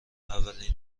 اولین